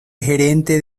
gerente